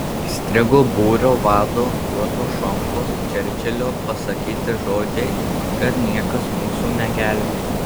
įstrigo būrio vado juozo šomkos čerčilio pasakyti žodžiai kad niekas mūsų negelbės